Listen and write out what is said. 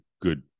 good